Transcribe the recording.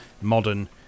modern